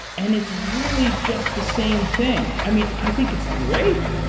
and it's really just the same thing. i mean, i think it's great.